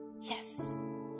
Yes